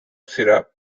syrup